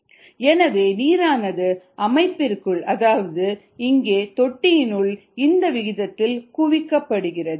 75 Kg s 1 எனவே நீரானது அமைப்பிற்குள் அதாவது இங்கே தொட்டியினுள் இந்த விகிதத்தில் குவிக்கப்படுகிறது